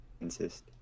Insist